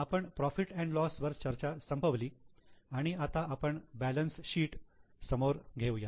आपण profit and loss profit lossवर चर्चा संपवली आणि आता आपण बॅलन्स शीट समजून घेऊया